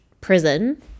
prison